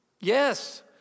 Yes